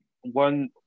one